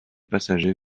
passagers